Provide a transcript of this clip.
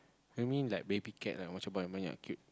I mean like baby cat lah what's so they're cute